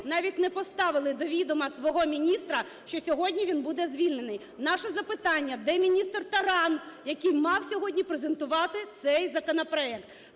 навіть не поставили до відома свого міністра, що сьогодні він буде звільнений. Наше запитання. Де міністр Таран, який мав сьогодні презентувати цей законопроект?